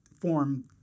form